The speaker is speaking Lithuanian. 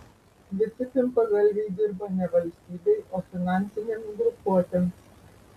visi pimpalgalviai dirba ne valstybei o finansinėms grupuotėms